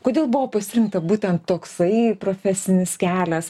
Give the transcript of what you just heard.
kodėl buvo pasirinkta būtent toksai profesinis kelias